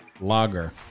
lager